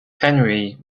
henry